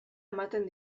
ematen